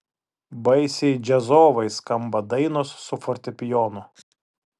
baisiai džiazovai skamba dainos su fortepijonu